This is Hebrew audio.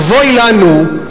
אבוי לנו,